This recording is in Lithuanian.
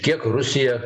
kiek rusija